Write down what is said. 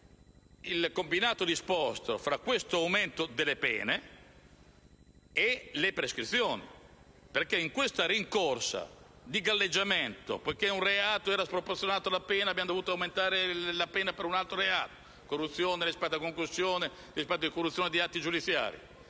il combinato disposto tra questo aumento delle pene e le prescrizioni. In questa rincorsa di galleggiamento - poiché un reato era sproporzionato rispetto alla pena e abbiamo dovuto aumentare la pena per un altro reato (corruzione, rispetto a concussione, rispetto a corruzione in atti giudiziari)